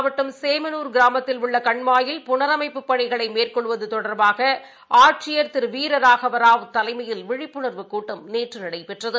மாவட்டம் கிராமத்தில் உள்ளகண்மாயில் ராமநாதபுரம் புனரமைப்புப் பணிகளைமேற்கொள்வதுதொடர்பாகஆட்சியர் திருவீரராகவராவ் தலைமையில் விழிப்புணர்வுக் கூட்டம் நேற்றுநடைபெற்றது